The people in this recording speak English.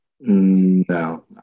No